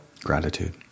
Gratitude